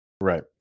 right